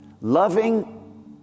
loving